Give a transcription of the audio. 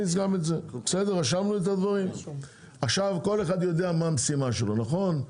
עכשיו כל אחד יודע מה המשימה שלו, נכון?